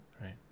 right